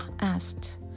asked